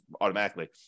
automatically